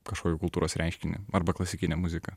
kažkokį kultūros reiškinį arba klasikinę muziką